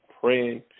praying